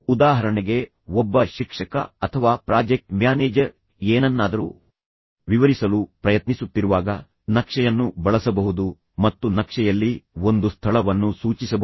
ಉದಾಹರಣೆಗೆ ಒಬ್ಬ ಶಿಕ್ಷಕ ಅಥವಾ ಪ್ರಾಜೆಕ್ಟ್ ಮ್ಯಾನೇಜರ್ ಏನನ್ನಾದರೂ ವಿವರಿಸಲು ಪ್ರಯತ್ನಿಸುತ್ತಿರುವಾಗ ನಕ್ಷೆಯನ್ನು ಬಳಸಬಹುದು ಮತ್ತು ನಕ್ಷೆಯಲ್ಲಿ ಒಂದು ಸ್ಥಳವನ್ನು ಸೂಚಿಸಬಹುದು